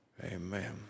Amen